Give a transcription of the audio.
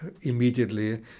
Immediately